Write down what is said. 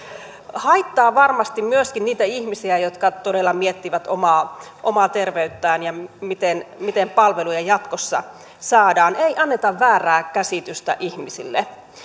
haittaa varmasti myöskin niitä ihmisiä jotka todella miettivät omaa omaa terveyttään ja sitä miten palveluja jatkossa saadaan ei anneta väärää käsitystä ihmisille